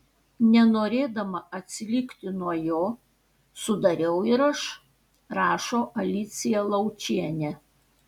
nenorėdama atsilikti nuo jo sudariau ir aš rašo alicija laučienė